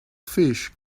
fish